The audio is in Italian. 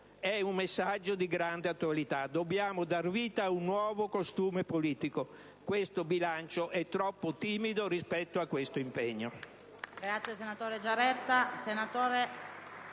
È un messaggio di grande attualità: dobbiamo dar vita a un nuovo costume politico. Questo bilancio è troppo timido rispetto a tale impegno.